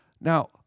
Now